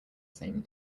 same